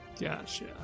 Gotcha